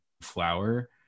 flower